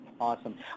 Awesome